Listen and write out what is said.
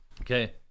Okay